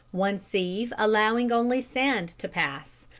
one sieve allowing only sand to pass,